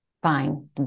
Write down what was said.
fine